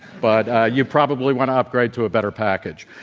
but you probably want to upgrade to a better package.